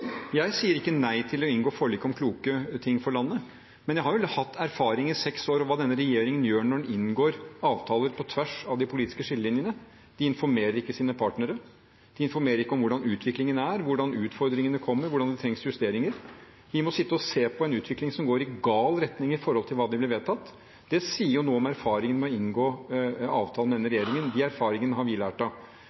Jeg sier ikke nei til å inngå forlik om kloke ting for landet, men jeg har hatt seks års erfaring med hva denne regjeringen gjør når den inngår avtaler på tvers av de politiske skillelinjene: De informerer ikke sine partnere, de informerer ikke om hvordan utviklingen er, hvordan utfordringene kommer, hvordan det trengs justeringer. Vi må sitte og se på en utvikling som går i gal retning i forhold til hva som ble vedtatt. Det sier noe om erfaringene med å inngå avtaler med denne regjeringen, og de erfaringene har vi lært av.